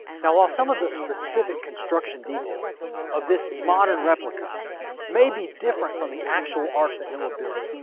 now, while some of the specific construction details of this modern replica may be different from the actual ark that noah built,